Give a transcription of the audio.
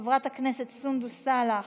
חברת הכנסת סונדוס סאלח,